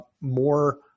more